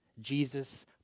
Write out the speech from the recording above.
Jesus